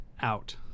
Out